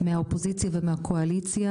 מהאופוזיציה ומהקואליציה,